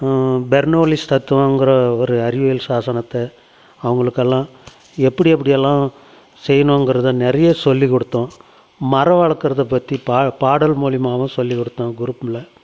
Bernoulli's தத்துவோங்கற ஒரு அறிவியல் சாசனத்தை அவங்களுக்கெல்லாம் எப்படி எப்படியெல்லாம் செய்யணுங்கறத நிறைய சொல்லி குடுத்தோம் மரம் வளர்க்கறத பற்றி பா பாடல் மூலிமாவும் சொல்லி கொடுத்தோம் குரூப்பில்